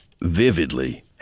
vividly